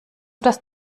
das